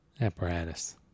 apparatus